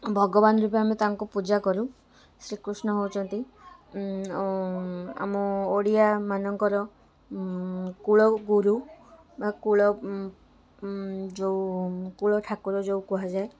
ଭଗବାନ ରୂପେ ଆମେ ତାଙ୍କୁ ପୂଜା କରୁ ଶ୍ରୀକୃଷ ହେଉଛନ୍ତି ଆମ ଓଡ଼ିଆମାନଙ୍କର କୁଳଗୁରୁ ବା କୁଳ ଯେଉଁ କୁଳ ଠାକୁର ଯେଉଁ କୁହାଯାଏ